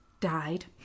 died